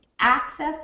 access